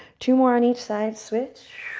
two more on each side. switch.